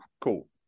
Cool